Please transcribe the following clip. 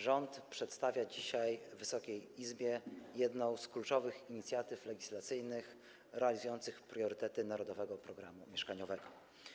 Rząd przedstawia dzisiaj Wysokiej Izbie jedną z kluczowych inicjatyw legislacyjnych realizujących priorytety „Narodowego programu mieszkaniowego”